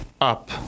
up